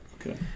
Okay